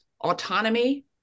Autonomy